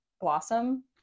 blossom